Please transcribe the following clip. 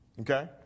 Okay